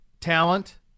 Talent